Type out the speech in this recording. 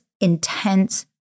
intense